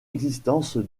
existence